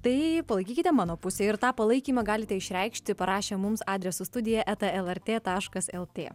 tai palaikykite mano pusę ir tą palaikymą galite išreikšti parašę mums adresu studija eta el er tė taškas el tė